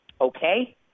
Okay